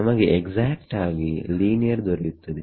ನಮಗೆ ಎಕ್ಸ್ಯಾಕ್ಟ್ ಅಗಿ ಲೀನಿಯರ್ ದೊರೆಯುತ್ತದೆ